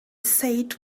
said